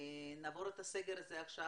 נעבור את הסגר הזה עכשיו,